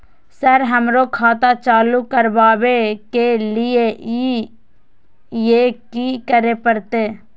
Sir हमरो खाता चालू करबाबे के ली ये की करें परते?